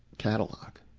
catalogue.